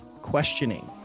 questioning